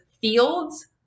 fields